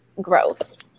gross